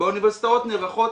באוניברסיטאות נערכים